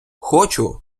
хочу